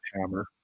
hammer